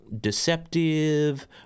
deceptive